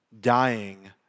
dying